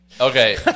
Okay